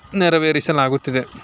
ನೆರವೇರಿಸಲಾಗುತ್ತಿದೆ